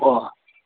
ओह्